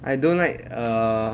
I don't like err